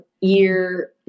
year